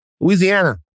Louisiana